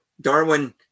darwin